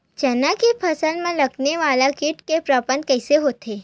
चना के फसल में लगने वाला कीट के प्रबंधन कइसे होथे?